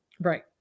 Right